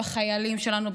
בחיילים שלנו,